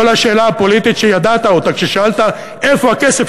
כל השאלה הפוליטית שידעת אותה כששאלת איפה הכסף,